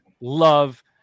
love